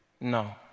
No